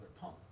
pump